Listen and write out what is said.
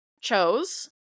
chose